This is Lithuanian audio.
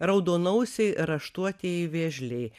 raudonausiai raštuotieji vėžliai